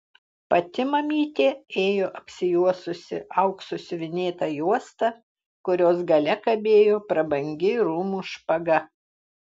pati mamytė ėjo apsijuosusi auksu siuvinėta juosta kurios gale kabėjo prabangi rūmų špaga